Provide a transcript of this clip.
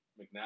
McNabb